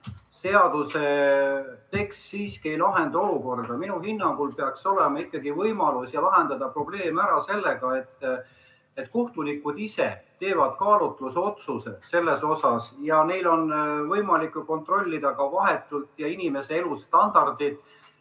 seadusetekst siiski ei lahenda olukorda. Minu hinnangul peaks olema ikkagi võimalus lahendada probleeme sellega, et kohtunikud ise teevad kaalutlusotsuse selles asjas ja neil on võimalik vahetult kontrollida ka inimese elustandardit,